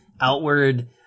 outward